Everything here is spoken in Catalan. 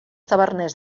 taverners